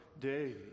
day